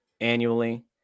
annually